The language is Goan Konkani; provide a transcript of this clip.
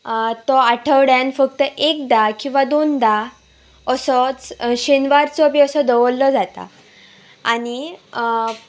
तो आठवड्यान फक्त एकदा किंवां दोनदा असोच शेनवारचो बी असो दवरलो जाता आनी